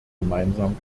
gemeinsam